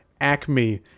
Acme